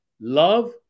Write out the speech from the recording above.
Love